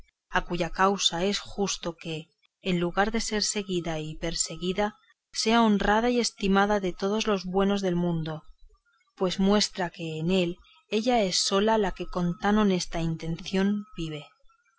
a cuya causa es justo que en lugar de ser seguida y perseguida sea honrada y estimada de todos los buenos del mundo pues muestra que en él ella es sola la que con tan honesta intención vive